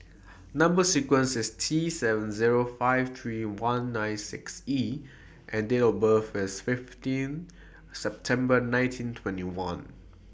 Number sequence IS T seven Zero five three one nine six E and Date of birth IS fifteen September nineteen twenty one